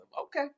okay